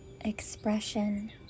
expression